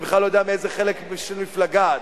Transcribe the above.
אני בכלל לא יודע מאיזה חלק של מפלגה את,